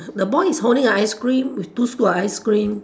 the boy is holding a ice cream with two scoop of ice cream